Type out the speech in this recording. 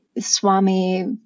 Swami